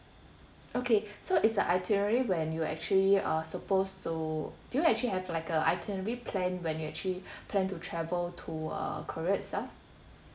okay so is the itinerary when you actually uh suppose to do you actually have like a itinerary plan when you actually plan to travel to uh korea itself